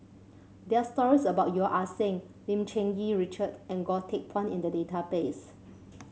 there are stories about Yeo Ah Seng Lim Cherng Yih Richard and Goh Teck Phuan in the database